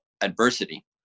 adversity